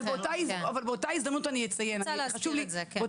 אבל באותה ההזדמנות אני אציין כי זה חשוב לי.